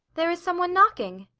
there is someone knocking.